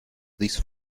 these